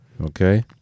okay